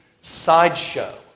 sideshow